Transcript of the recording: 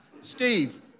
Steve